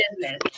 business